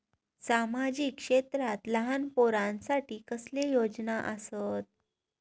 सामाजिक क्षेत्रांत लहान पोरानसाठी कसले योजना आसत?